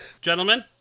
Gentlemen